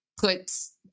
puts